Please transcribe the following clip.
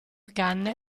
canne